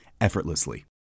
effortlessly